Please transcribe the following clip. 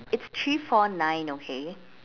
it's three four nine okay